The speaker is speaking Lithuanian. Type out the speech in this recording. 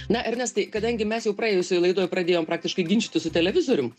na ernestai kadangi mes jau praėjusioj laidoj pradėjom praktiškai ginčytis su televizorium